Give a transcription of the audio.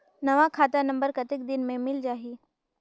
नवा खाता नंबर कतेक दिन मे मिल जाही?